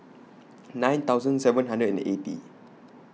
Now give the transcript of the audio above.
nine thousand seven hundred and eighty